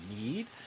need